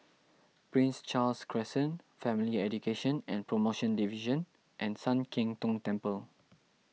Prince Charles Crescent Family Education and Promotion Division and Sian Keng Tong Temple